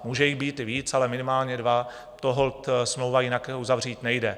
Může jich být i víc, ale minimálně dva, to holt smlouva jinak uzavřít nejde.